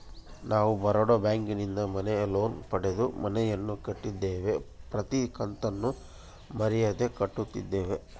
ನಾವು ಬರೋಡ ಬ್ಯಾಂಕಿನಿಂದ ಮನೆ ಲೋನ್ ಪಡೆದು ಮನೆಯನ್ನು ಕಟ್ಟಿದ್ದೇವೆ, ಪ್ರತಿ ಕತ್ತನ್ನು ಮರೆಯದೆ ಕಟ್ಟುತ್ತಿದ್ದೇವೆ